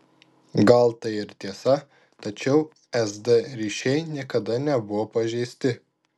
gal tai ir tiesa tačiau sd ryšiai niekada nebuvo pažeisti